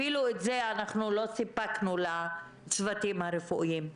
אפילו את זה לא סיפקנו לצוותים הרפואיים.